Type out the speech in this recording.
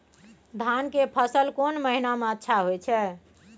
धान के फसल कोन महिना में अच्छा होय छै?